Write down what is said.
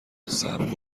سمبل